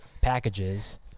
packages